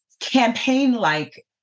campaign-like